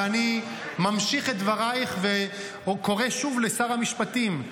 ואני ממשיך את דברייך וקורא שוב לשר המשפטים,